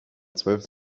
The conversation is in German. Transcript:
zwölf